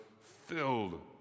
filled